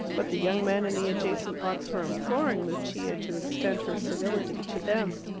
but the young men in the adjacent box were imploring lucia to extend her civility to them.